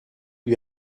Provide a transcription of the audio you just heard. lui